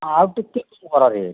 ହଁ ଆଉ ଟିକିଏ କମ୍ କର ରେଟ୍